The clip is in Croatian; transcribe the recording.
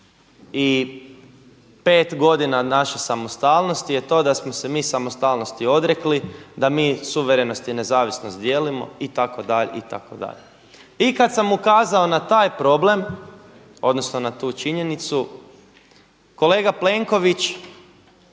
25 godina od naše samostalnosti je to da smo se mi samostalnosti odrekli, da mi suverenost i nezavisnost dijelimo itd. I kada sam ukazao na taj problem odnosno na tu činjenicu, kolega Plenković